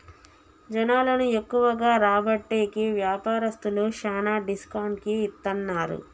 జనాలను ఎక్కువగా రాబట్టేకి వ్యాపారస్తులు శ్యానా డిస్కౌంట్ కి ఇత్తన్నారు